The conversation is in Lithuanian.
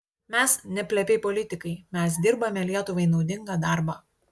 mes ne plepiai politikai mes dirbame lietuvai naudingą darbą